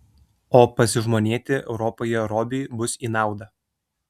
o pasižmonėti europoje robiui bus į naudą